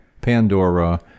Pandora